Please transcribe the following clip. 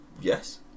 Yes